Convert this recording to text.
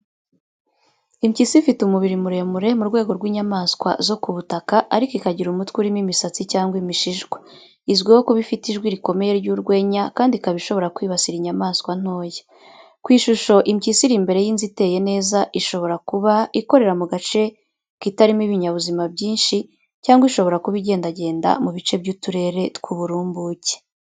Impyisi ifite umubiri muremure, mu rwego rw’inyamaswa zo ku butaka, ariko ikagira umutwe urimo imisatsi cyangwa imishishwa. Izwiho kuba ifite ijwi rikomeye ry’urwenya kandi ikaba ishobora kwibasira inyamaswa ntoya. Ku ishusho impyisi iri imbere y'inzu iteye neza ishobora kuba ikorera mu gace kitarimo ibinyabuzima byinshi, cyangwa ishobora kuba igendagenda mu bice by'uturere tw'uburumbuke.